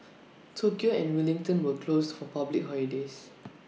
Tokyo and Wellington were closed for public holidays